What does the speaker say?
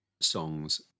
songs